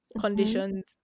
conditions